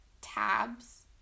tabs